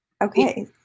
Okay